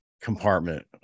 compartment